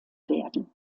werden